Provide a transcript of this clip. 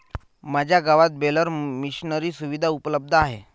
माझ्या गावात baler machinery सुविधा उपलब्ध आहे